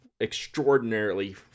extraordinarily